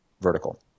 vertical